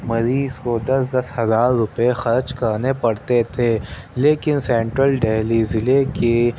مریض کو دس دس ہزار روپے خرچ کرنے پڑتے تھے لیکن سینٹرل ڈہلی ضلعے کے